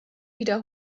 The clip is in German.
wieder